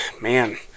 man